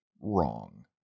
wrong